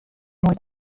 mei